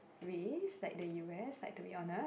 ways like the u_s like to be honest